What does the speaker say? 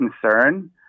concern